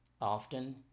Often